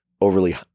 overly